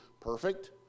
perfect